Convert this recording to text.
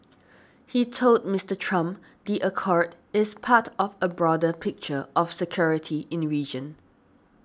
he told Mister Trump the accord is part of a broader picture of security in region